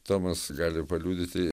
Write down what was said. tomas gali paliudyti